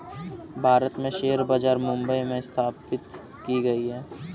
भारत में शेयर बाजार मुम्बई में स्थापित की गयी है